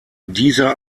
dieser